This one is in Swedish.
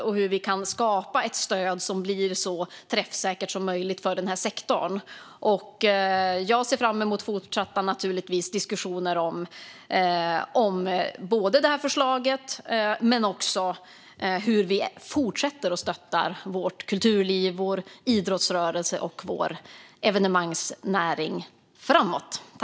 Vi försöker nu skapa ett stöd som blir så träffsäkert som möjligt för den här sektorn. Jag ser naturligtvis fram emot fortsatta diskussioner om både det här förslaget och om hur vi ska fortsätta att stötta vårt kulturliv, vår idrottsrörelse och vår evenemangsnäring framåt.